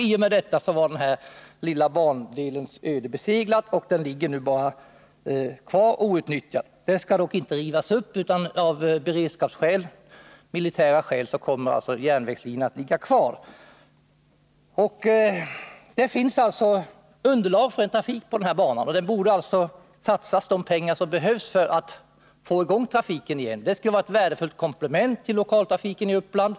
I och med detta var den här lilla bandelens öde beseglat, och den ligger nu kvar outnyttjad. Linjen skall dock inte rivas upp, utan av militära beredskapsskäl kommer den att ligga kvar. Det finns alltså underlag för trafik på den här banan, och man borde satsa de pengar som behövs för att få i gång trafiken igen. Det skulle vara ett värdefullt komplement till lokaltrafiken i Uppland.